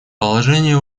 положение